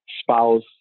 spouse